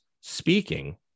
speaking